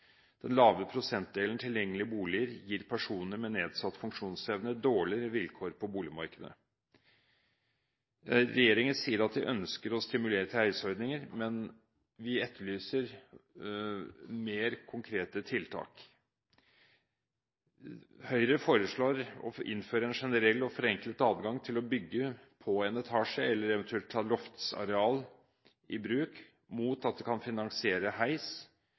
Den lave prosentdelen tilgjengelige boliger gir personer med nedsatt funksjonsevne dårligere vilkår på boligmarkedet. Regjeringen sier at de ønsker å stimulere til heisordninger, men vi etterlyser mer konkrete tiltak. Høyre foreslår å innføre en generell og forenklet adgang til å bygge på en etasje eller eventuelt ta loftsareal i bruk mot at det kan finansiere heis